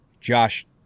Josh –